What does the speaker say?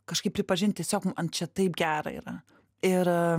kažkaip pripažint tiesiog man čia taip gera yra ir